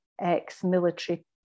ex-military